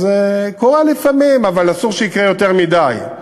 אז קורה לפעמים, אבל אסור שיקרה יותר מדי,